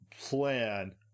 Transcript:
plan